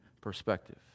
perspective